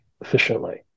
efficiently